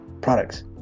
products